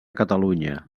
catalunya